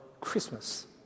Christmas